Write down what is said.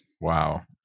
Wow